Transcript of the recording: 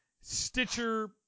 Stitcher